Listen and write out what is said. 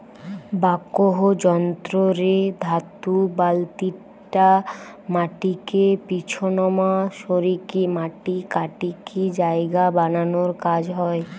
backhoe যন্ত্র রে ধাতু বালতিটা মাটিকে পিছনমা সরিকি মাটি কাটিকি জায়গা বানানার কাজ হয়